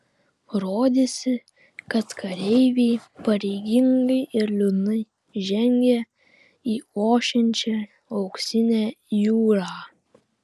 rodėsi kad kareiviai pareigingai ir liūdnai žengia į ošiančią auksinę jūrą